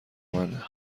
منه